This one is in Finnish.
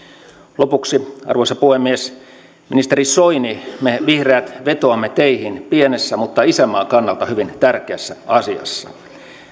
lopuksi arvoisa puhemies ministeri soini me vihreät vetoamme teihin pienessä mutta isänmaan kannalta hyvin tärkeässä asiassa